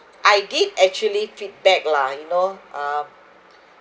I did actually feedback lah you know um